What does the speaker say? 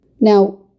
Now